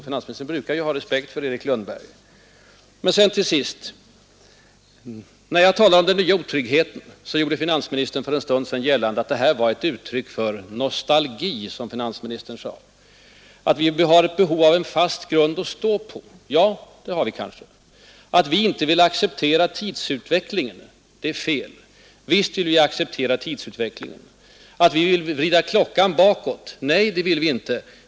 Finansministern brukar ju ha respekt för Erik Lundberg. Till sist. När jag talade om den nya otryggheten gjorde finansministern för en stund sedan gällande, att det var ett uttryck för nostalgi och att vi har behov av en fast grund att stå på. Ja, det har vi kanske. Men att vi inte vill acceptera tidsutvecklingen är fel. Visst vill vi acceptera den Finansministern påstår att vi vill vrida klockan bakåt. Nej, det vill vi inte.